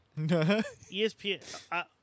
ESPN